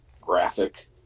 graphic